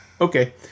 Okay